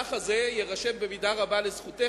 המהלך הזה יירשם במידה רבה לזכותך.